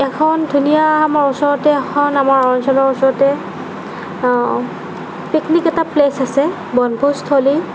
এখন ধুনীয়া আমাৰ ওচৰতে এখন আমাৰ অঞ্চলৰ ওচৰতে পিকনিক এটা প্লেচ আছে বনভোজথলী